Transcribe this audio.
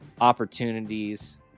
opportunities